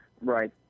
Right